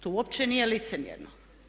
To uopće nije licemjerno.